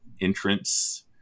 entrance